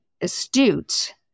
astute